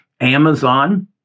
Amazon